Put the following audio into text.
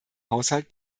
haushalt